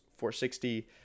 460